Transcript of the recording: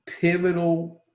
Pivotal